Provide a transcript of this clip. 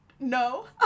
No